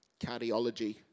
cardiology